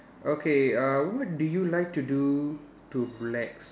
okay uh what do you like to do to relax